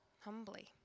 humbly